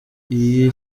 iyi